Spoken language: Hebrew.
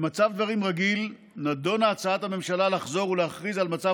במצב דברים רגיל נדונה הצעת הממשלה לחזור ולהכריז על מצב